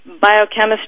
biochemistry